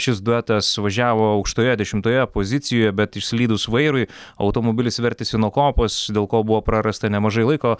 šis duetas važiavo aukštoje dešimtoje pozicijoje bet išslydus vairui automobilis vertėsi nuo kopos dėl ko buvo prarasta nemažai laiko